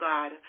God